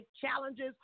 challenges